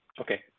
Okay